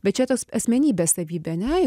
bet čia tos asmenybės savybė ane